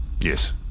Yes